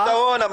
איזה פתרון?